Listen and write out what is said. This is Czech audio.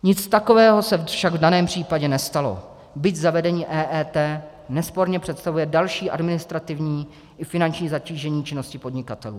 Nic takového se však v daném případě nestalo, byť zavedení EET nesporně představuje další administrativní i finanční zatížení činnosti podnikatelů.